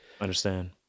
Understand